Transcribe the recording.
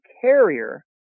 carrier